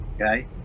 okay